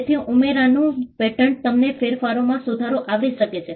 તેથી ઉમેરાનું નું પેટન્ટ તમને ફેરફારોમાં સુધારો આવરી શકે છે